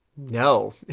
No